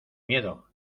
miedo